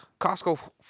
Costco